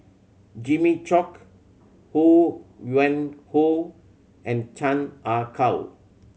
Jimmy Chok Ho Yuen Hoe and Chan Ah Kow